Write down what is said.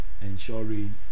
ensuring